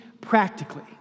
practically